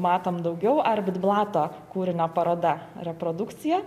matom daugiau arbit blato kūrinio paroda reprodukcija